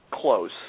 close